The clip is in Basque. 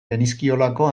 genizkiolako